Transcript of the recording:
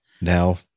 now